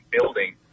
building